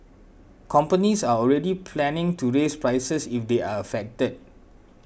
companies are already planning to raise prices if they are affected